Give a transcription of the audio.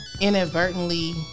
inadvertently